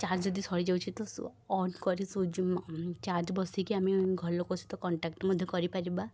charge ଯଦି ସରିଯାଉଛି ତ ସ ଅନ୍ କରି ସୁଇଜ ଚାର୍ଜ ବସେଇକି ଆମେ ଘରଲୋକ ସହିତ କଣ୍ଟାକ୍ଟ୍ ମଧ୍ୟ କରିପାରିବା